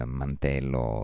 mantello